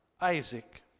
Isaac